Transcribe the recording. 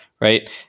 right